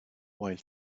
while